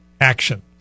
action